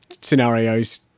scenarios